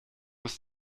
ist